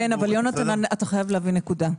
כן, אבל אתה חייב להבין נקודה.